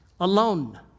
Alone